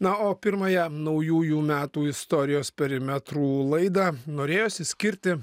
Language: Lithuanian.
na o pirmąją naujųjų metų istorijos perimetrų laidą norėjosi skirti